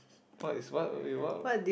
what is what wait what